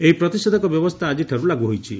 ଏହି ପ୍ରତିଷେଧକ ବ୍ୟବସ୍କା ଆଜିଠାରୁ ଲାଗୁ ହୋଇଛି